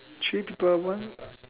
three people one